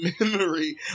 memory